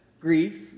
grief